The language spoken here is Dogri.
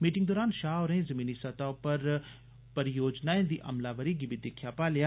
मीटिंग दरान शाह होरें जमीनी सतह उप्पर योजनाएं दी अमलावरी गी बी दिक्खेआ भालेआ